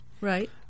Right